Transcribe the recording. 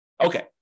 Okay